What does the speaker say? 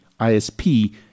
isp